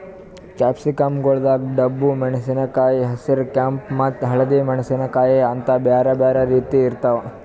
capsicum ಗೊಳ್ದಾಗ್ ಡಬ್ಬು ಮೆಣಸಿನಕಾಯಿ, ಹಸಿರ, ಕೆಂಪ ಮತ್ತ ಹಳದಿ ಮೆಣಸಿನಕಾಯಿ ಅಂತ್ ಬ್ಯಾರೆ ಬ್ಯಾರೆ ರೀತಿದ್ ಇರ್ತಾವ್